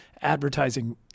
advertising